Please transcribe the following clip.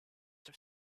have